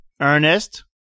Ernest